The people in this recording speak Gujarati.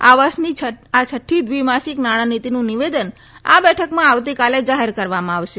આ વર્ષની આ છઠ્ઠી દ્વિ માસીક નાણાંનીતીનું નિવેદન આ બેઠકમાં આવતીકાલે જાહેર કરવામાં આવશે